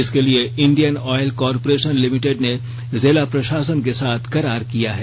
इसके लिए Indian oil corporation limited ने जिला प्रशासन के साथ करार किया है